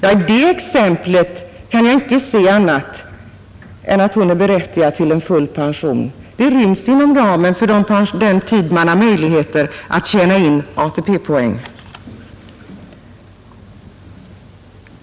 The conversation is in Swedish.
Av det exemplet kan jag icke finna annat än att hon är berättigad till full pension. De år hon förvärvsarbetar ryms inom den tid man har möjligheter att tjäna in fullt antal ATP-poäng.